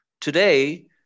Today